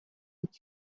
est